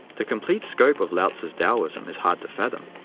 the complete scope of lao-tzu's taoism is hard to fathom,